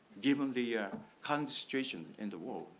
given the concentration in the world,